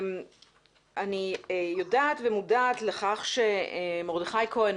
אני יודעת ומודעת לכך שמרדכי כהן,